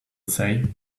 say